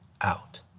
out